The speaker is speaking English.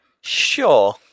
Sure